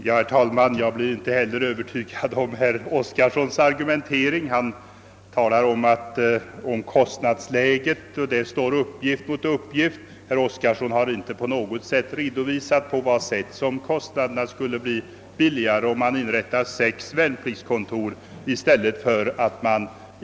Herr talman! Jag blev inte heller övertygad av herr Oskarsons argumentering. Han talar om kostnaderna, men på den punkten står uppgift mot uppgift. Han har inte alls redovisat på vad sätt kostnaderna skulle bli lägre, om man inrättade sex värnpliktskontor i stället för tre.